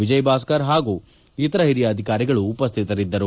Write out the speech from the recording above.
ವಿಜಯ ಭಾಸ್ಕರ್ ಹಾಗೂ ಇತರ ಓಿರಿಯ ಅಧಿಕಾರಿಗಳು ಉಪಸ್ವಿತರಿದ್ದರು